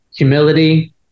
humility